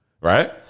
right